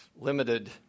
limited